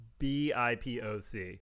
BIPOC